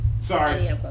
Sorry